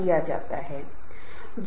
तो यह योग समूह है वे दोस्त बन जाते हैं